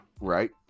Right